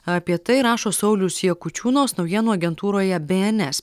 apie tai rašo saulius jakučiūnas naujienų agentūroje bns